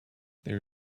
there